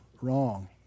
wrong